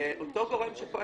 ואותו גורם שפועל